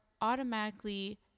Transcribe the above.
automatically